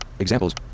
Examples